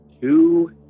Two